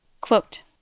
Quote